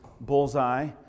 bullseye